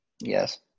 Yes